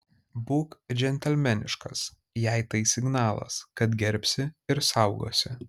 būk džentelmeniškas jai tai signalas kad gerbsi ir saugosi